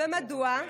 ומדוע?